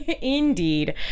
indeed